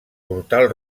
portal